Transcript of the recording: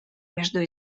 между